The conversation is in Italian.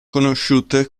conosciute